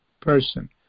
person